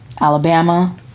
Alabama